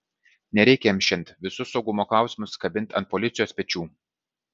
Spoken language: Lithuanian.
nereikia jiems šiandien visus saugumo klausimus kabint ant policijos pečių